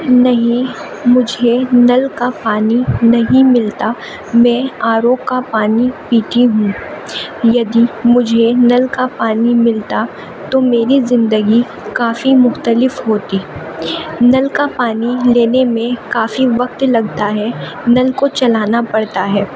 نہیں مجھے نل کا پانی نہیں ملتا میں آر او کا پانی پیتی ہوں یدی مجھے نل کا پانی ملتا تو میری زندگی کافی مختلف ہوتی نل کا پانی لینے میں کافی وقت لگتا ہے نل کو چلانا پڑتا ہے